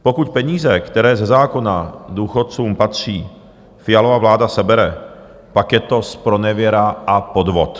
Pokud peníze, které ze zákona důchodcům patří, Fialova vláda sebere, pak je to zpronevěra a podvod.